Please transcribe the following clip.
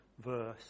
verse